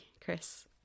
Chris